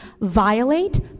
violate